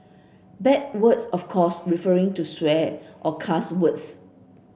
bad words of course referring to swear or cuss words